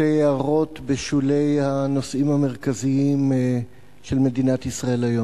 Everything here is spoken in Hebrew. שתי הערות בשולי הנושאים המרכזיים של מדינת ישראל היום.